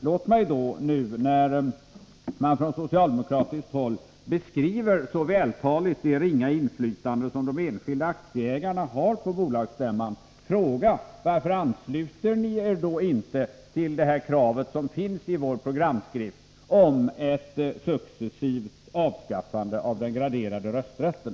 Låt mig när man från socialdemokratiskt håll så vältaligt beskriver det ringa inflytande som de enskilda aktieägarna har på bolagsstämman fråga: Varför ansluter ni er då inte till det krav som finns i vår programskrift på att successivt avskaffa den graderade rösträtten?